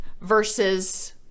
versus